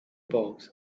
box